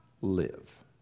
Live